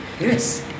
Yes